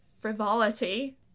frivolity